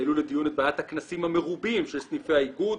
העלו לדיון את בעיית הכנסים המרובים של סניפי האיגוד,